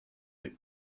that